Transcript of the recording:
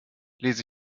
lese